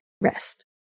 Rest